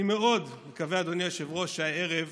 אני מאוד מקווה, אדוני היושב-ראש, שהערב